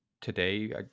today